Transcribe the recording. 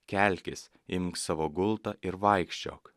kelkis imk savo gultą ir vaikščiok